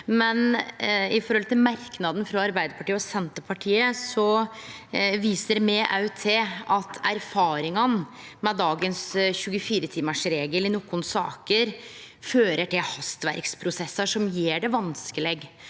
men når det gjeld merknaden frå Arbeidarpartiet og Senterpartiet, viser me òg til erfaringane med at dagens 24-timarsregel i nokon saker fører til hastverksprosessar som gjer det vanskeleg